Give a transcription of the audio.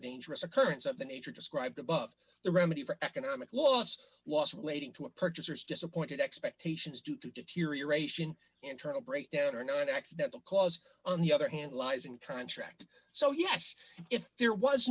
dangerous occurrence of the nature described above the remedy for economic loss was relating to a purchaser's disappointed expectations due to deteriorate internal breakdown or not accidental cause on the other hand lies in contract so yes if there was